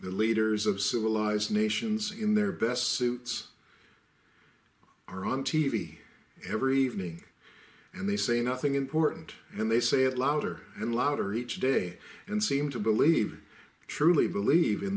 the leaders of civilized nations in their best suits are on t v every evening and they say nothing important and they say it louder and louder each day and seem to believe truly believe in